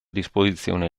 disposizione